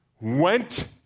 went